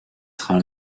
trains